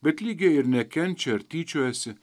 bet lygiai ir nekenčia ar tyčiojasi